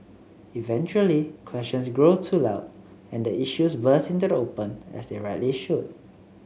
eventually questions grow too loud and the issues burst into the open as they rightly should